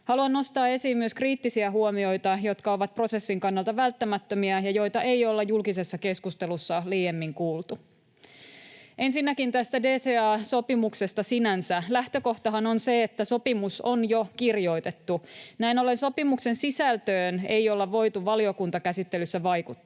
haluan nostaa esiin myös kriittisiä huomioita, jotka ovat prosessin kannalta välttämättömiä ja joita ei olla julkisessa keskustelussa liiemmin kuultu. Ensinnäkin tästä DCA-sopimuksesta sinänsä. Lähtökohtahan on se, että sopimus on jo kirjoitettu. Näin ollen sopimuksen sisältöön ei ole voitu valiokuntakäsittelyssä vaikuttaa.